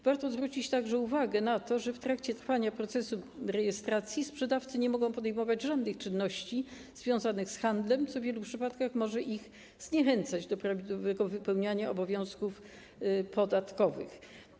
Warto zwrócić także uwagę na to, że w trakcie trwania procesu rejestracji sprzedawcy nie mogą podejmować żadnych czynności związanych z handlem, co w wielu przypadkach może ich zniechęcać do prawidłowego wypełniania obowiązków podatkowych.